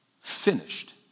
finished